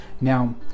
now